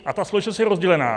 A ta společnost je rozdělená.